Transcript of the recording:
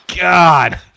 god